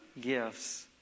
gifts